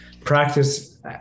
practice